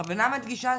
בכוונה מדגישה.